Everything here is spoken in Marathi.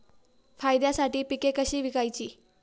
फायद्यासाठी पिके कशी विकायची?